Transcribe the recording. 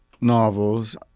novels